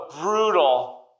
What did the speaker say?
brutal